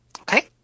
Okay